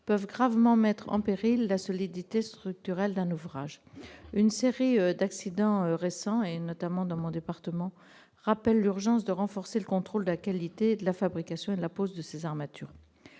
peut gravement mettre en péril la solidité structurelle d'un ouvrage. Une série d'accidents récents, survenus notamment dans mon département, rappelle l'urgence de renforcer le contrôle de la qualité de la fabrication et de la pose de ces armatures.